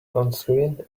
onscreen